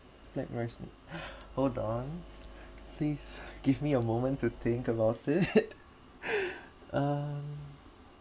likewise and hold on please give me a moment to think about it um